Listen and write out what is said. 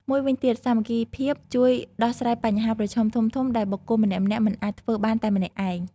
មួយវិញទៀត សាមគ្គីភាពជួយដោះស្រាយបញ្ហាប្រឈមធំៗដែលបុគ្គលម្នាក់ៗមិនអាចធ្វើបានតែម្នាក់ឯង។